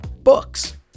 books